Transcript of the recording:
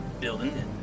building